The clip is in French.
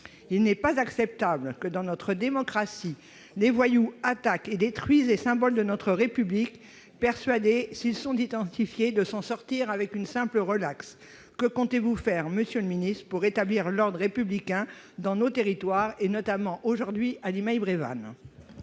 Il n'est pas acceptable que, dans notre démocratie, des voyous attaquent et détruisent les symboles de la République, persuadés, s'ils sont identifiés, de s'en sortir avec une simple relaxe. Que comptez-vous faire, monsieur le ministre, pour rétablir l'ordre républicain dans nos territoires, notamment aujourd'hui à Limeil-Brévannes